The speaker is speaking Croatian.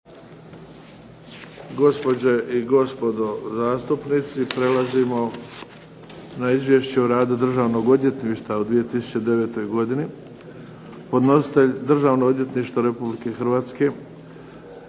Gospođe i gospodo zastupnici, prelazimo na –- Izvješće o radu državnih odvjetništava u 2009. godini Podnositelj: Državno odvjetništvo Republike Hrvatske